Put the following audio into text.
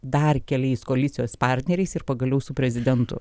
dar keliais koalicijos partneriais ir pagaliau su prezidentu